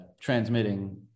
transmitting